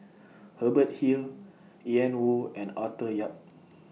Hubert Hill Ian Woo and Arthur Yap